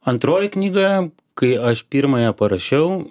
antroji knyga kai aš pirmąją parašiau